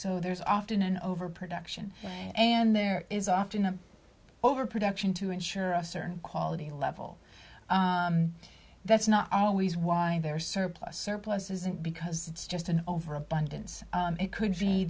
so there's often an overproduction and there is often a over production to ensure a certain quality level that's not always why there are surplus surplus isn't because it's just an over abundance it could be